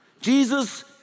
Jesus